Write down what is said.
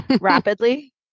rapidly